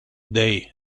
day